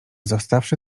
zostawszy